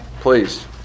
please